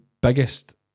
biggest